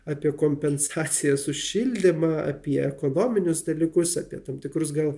apie kompensacijas už šildymą apie ekonominius dalykus apie tam tikrus gal